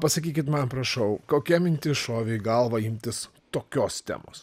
pasakykit man prašau kokia mintis šovė į galvą imtis tokios temos